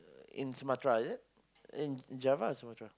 in Sumatra is it in Java or Sumatra